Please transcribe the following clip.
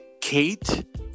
Kate